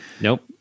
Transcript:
Nope